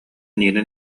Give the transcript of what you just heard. нина